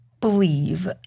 believe